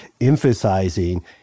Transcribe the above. emphasizing